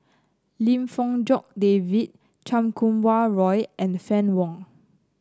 Lim Fong Jock David Chan Kum Wah Roy and Fann Wong